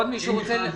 אין על כך ויכוח.